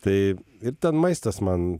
tai ir ten maistas man